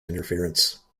interference